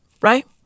Right